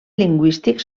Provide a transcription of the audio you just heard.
lingüístic